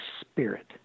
spirit